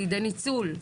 לידי ניצול.